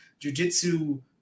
jujitsu